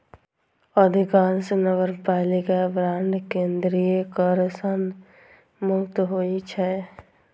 अधिकांश नगरपालिका बांड केंद्रीय कर सं मुक्त होइ छै